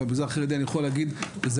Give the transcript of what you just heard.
אבל במגזר החרדי אני יכול להגיד בזעקה,